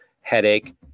headache